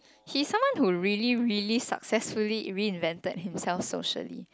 he someone who really really successfully in mean of invented himself socially